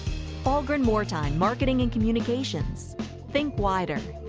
fahlgren-mortine marketing and communications think wider.